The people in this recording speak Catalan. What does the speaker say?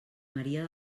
maria